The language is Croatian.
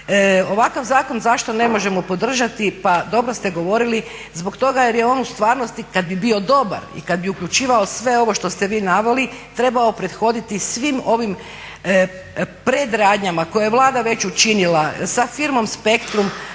Ovakav zakon zašto ne možemo podržati, pa dobro ste govorili, zbog toga jer je on u stvarnosti kada bi bio dobar i kada bi uključivao sve ovo što ste vi naveli trebao prethoditi svim ovim predradnjama koje je vlada već učinila sa Firmom Spektrum,